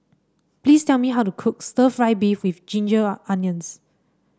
please tell me how to cook stir fry beef with Ginger Onions